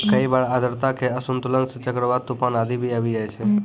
कई बार आर्द्रता के असंतुलन सं चक्रवात, तुफान आदि भी आबी जाय छै